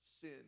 sin